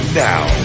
now